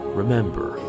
remember